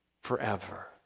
forever